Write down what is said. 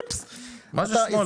מה זה שמאלה?